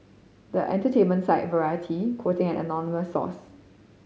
but entertainment site Variety quoting an anonymous source